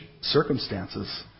circumstances